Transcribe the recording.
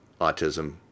autism